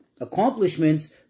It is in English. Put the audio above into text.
accomplishments